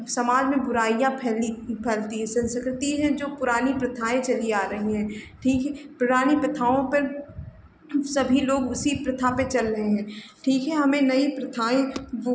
समाज में बुराइयाँ फैली फैलती है सँस्कृति हैं जो पुरानी प्रथाएँ चली आ रही हैं ठीक है पुरानी प्रथाओं पर सभी लोग उसी प्रथा पर चल रहे हैं ठीक है हमें नई प्रथाएँ वह